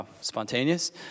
spontaneous